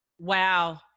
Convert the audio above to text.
Wow